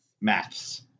Maths